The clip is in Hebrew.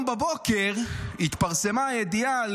היום בבוקר התפרסמה ידיעה,